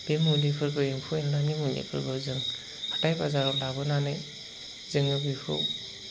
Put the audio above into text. बे मुलिफोरखौ एम्फौ एनलानि मुलिफोरखौ जों हाथाइ बाजाराव लाबोनानै जोङो बेखौ